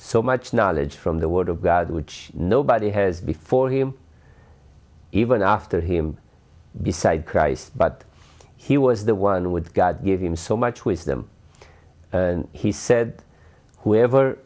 so much knowledge from the word of god which nobody has before him even after him beside christ but he was the one with god giving him so much wisdom he said whoever